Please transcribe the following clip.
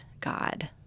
God